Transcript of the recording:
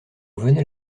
venait